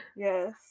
Yes